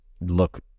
look